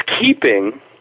keeping